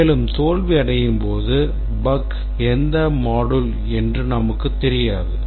மேலும் தோல்வி அடையும்போது bug எந்த module என்று நமக்கு தெரியாது